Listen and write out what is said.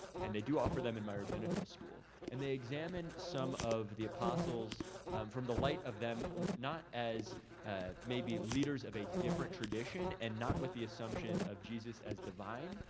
and they do offer them in my rabbinical school. and they examine some of the apostles from the light of them and not as maybe leaders of a different tradition, and not with the assumption of jesus as divine,